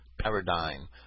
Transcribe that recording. paradigm